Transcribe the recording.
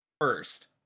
First